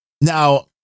Now